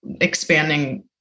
expanding